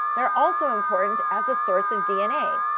they're also important as a source of dna.